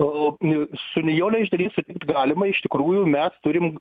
o nu su nijole išdrįsiu galima iš tikrųjų mes turim